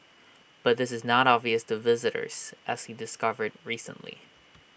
but this is not obvious to visitors as he discovered recently